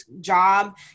job